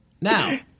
Now